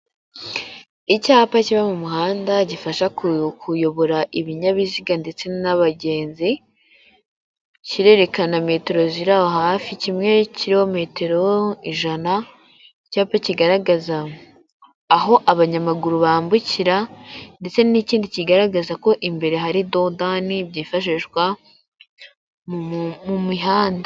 Icyapa kiba mu muhanda gifasha kuyobora ibinyabiziga ndetse n'abagenzi, kirerekana metero ziri aho hafi, kimwe kiriho metero ijana, icyapa kigaragaza aho abanyamaguru bambukira ndetse n'ikindi kigaragaza ko imbere hari dodani byifashishwa mu mihanda.